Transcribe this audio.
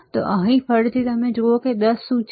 તો અહીં ફરીથી તમે જુઓ કે 10 શું છે